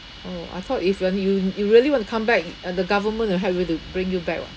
orh I thought if you only you you really want to come back uh the government will help you to bring you back [what]